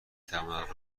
تواند